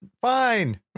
Fine